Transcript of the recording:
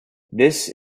that